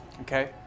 Okay